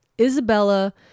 Isabella